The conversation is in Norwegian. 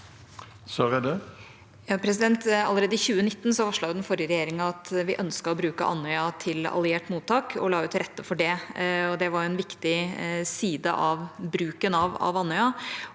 Allerede i 2019 varslet den forrige regjeringa at vi ønsket å bruke Andøya til alliert mottak og la til rette for det. Det var en viktig side ved bruken av Andøya.